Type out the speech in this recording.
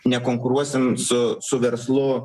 nekonkuruosim su su verslu